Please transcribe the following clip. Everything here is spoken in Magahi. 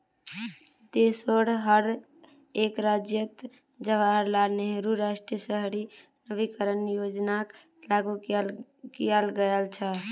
देशोंर हर एक राज्यअत जवाहरलाल नेहरू राष्ट्रीय शहरी नवीकरण योजनाक लागू कियाल गया छ